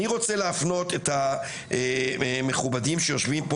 אני רוצה להפנות את המכובדים שיושבים פה